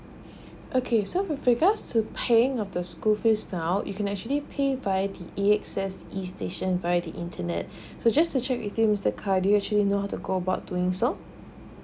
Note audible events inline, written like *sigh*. okay so with regards to paying of the school fees now you can actually pay via the A_X_S E station via the internet *breath* so just to check with you mister khaleel actually know how to go about doing so